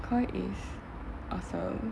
koi is awesome